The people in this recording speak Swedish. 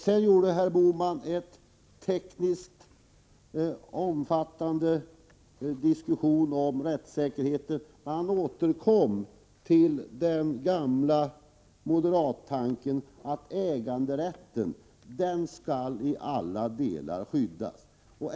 Sedan förde herr Bohman en tekniskt omfattande diskussion om rättssäkerheten. Han återkom till den gamla moderattanken att äganderätten till alla delar skall skyddas.